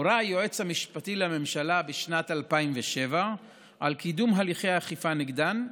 הורה היועץ המשפטי לממשלה בשנת 2007 על קידום הליכי אכיפה נגדן,